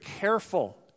careful